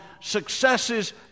successes